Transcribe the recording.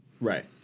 Right